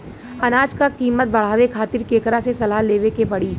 अनाज क कीमत बढ़ावे खातिर केकरा से सलाह लेवे के पड़ी?